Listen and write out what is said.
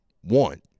One